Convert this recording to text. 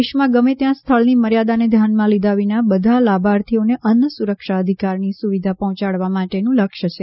દેશમાં ગમે ત્યાં સ્થળની મર્યાદાને ધ્યાનમાં લીધા વિના બધા લાભાર્થીઓને અન્ન સુરક્ષા અધિકારની સુવિધા પહોંચાડવા માટેનું લક્ષ્ય છે